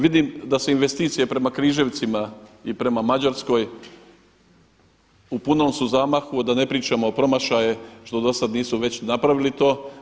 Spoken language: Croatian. Vidim da su investicije prema Križevcima i prema Mađarskoj u punom su zamahu, a da ne pričamo o promašaje što do sad već nisu napravili to.